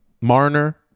Marner